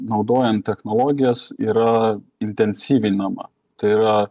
naudojant technologijas yra intensyvinama tai yra